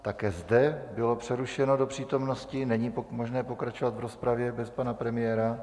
Také zde bylo přerušeno do přítomnosti, není možné pokračovat v rozpravě bez pana premiéra.